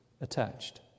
attached